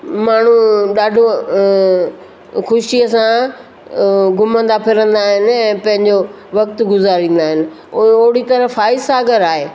माण्हू ॾाढो ख़ुशीअ सां घुमंदा फिरंदा आहिनि ऐं पंहिंजो वक़्ति गुज़ारींदा आहिनि उहो ओड़ी तरह फॉयसागर आहे